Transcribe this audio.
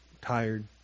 tired